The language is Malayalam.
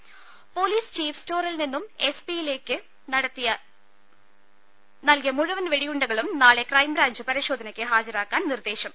ദരദ പൊലീസ് ചീഫ് സ്റ്റോറിൽ നിന്നും എസ്എപി യിലേക്ക് നൽകിയ മുഴുവൻ വെടിയുണ്ടകളും നാളെ ക്രൈംബ്രാഞ്ച് പരിശോധനക്ക് ഹാജരാക്കാൻ നിർദേശം